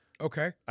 Okay